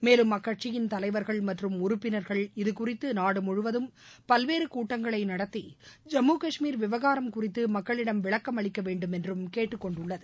மேலும் அக்கட்சியின் தலைவர்கள் மற்றும் உறுப்பினர்கள் இதுகுறித்து நாடு முழுவதும் பல்வேறு கூட்டங்களை நடத்தி ஜம்மு காஷ்மீர் விவகாரம் குறித்து மக்களிடம் விளக்கம் அளிக்க வேண்டும் என்று கேட்டுக் கொண்டுள்ளது